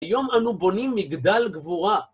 היום אנו בונים מגדל גבורה.